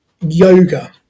yoga